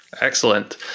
Excellent